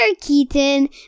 Keaton